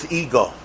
ego